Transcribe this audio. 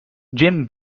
jim